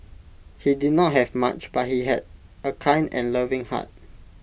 he did not have much but he had A kind and loving heart